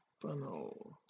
funnel